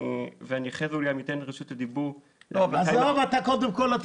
ואחרי זה אתן אולי את רשות הדיבור ל --- קודם כול,